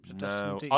No